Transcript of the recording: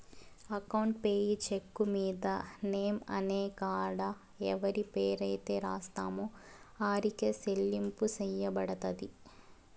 account payee cheque మీద name అనే కాడ ఎవరి పేరైతే రాస్తామో ఆరికే సెల్లింపు సెయ్యబడతది